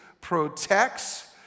protects